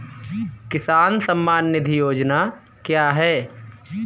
किसान सम्मान निधि योजना क्या है?